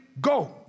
go